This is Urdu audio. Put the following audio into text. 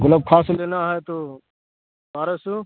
گلاب خاص لینا ہے تو بارہ سو